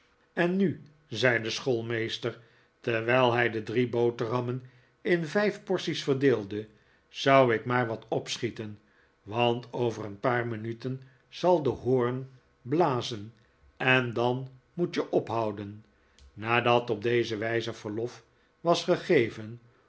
en nu zei de schoolmeester terwijl hij de drie boterhammen in vijf porties verdeelde zou ik maar wat opschieten want over een paar minuten zal de hoorn blazen en dan moet je ophouden nadat op deze wijze verlof was gegeven